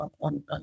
on